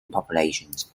populations